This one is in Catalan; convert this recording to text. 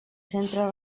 centre